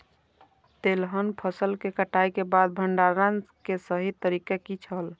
तेलहन फसल के कटाई के बाद भंडारण के सही तरीका की छल?